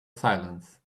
silence